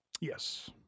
Yes